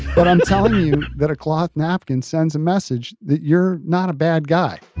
but i'm telling you that a cloth napkin sends a message that you're not a bad guy